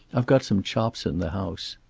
i've got some chops in the house.